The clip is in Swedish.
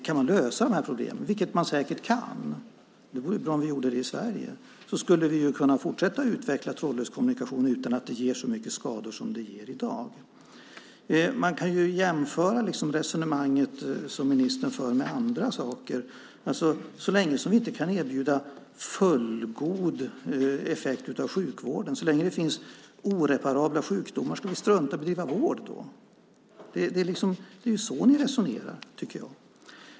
Kan man lösa de här problemen - vilket man säkert kan; det vore bra om vi gjorde det i Sverige - skulle vi kunna fortsätta att utveckla trådlös kommunikation utan att den ger så mycket skador som den i dag ger. Man kan jämföra resonemanget som ministern för med andra saker och säga att så länge vi inte kan erbjuda fullgod effekt av sjukvården och så länge det finns oreparabla sjukdomar ska vi strunta i att bedriva vård. Det är så du resonerar, tycker jag.